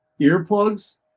Earplugs